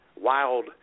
wild